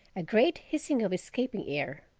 a great hissing of escaping air.